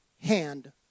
hand